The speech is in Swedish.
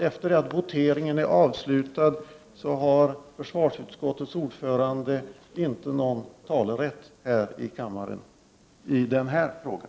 Efter det att den är avslutad har försvarsutskottets ordförande inte någon talerätt längre i den här frågan.